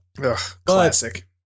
Classic